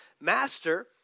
Master